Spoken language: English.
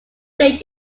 date